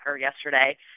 yesterday